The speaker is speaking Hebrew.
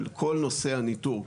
אבל כל נושא הניטור,